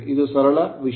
ಇದು ಸರಳ ವಿಷಯ